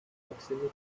proximity